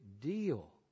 deal